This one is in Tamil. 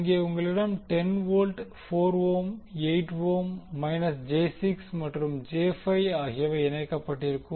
அங்கே உங்களிடம் 10 வோல்ட் 4 ஓம் 8 ஓம் மற்றும் மைனஸ் j 6 மற்றும் j 5 ஓம் ஆகியவை இணைக்கப்பட்டிருக்கும்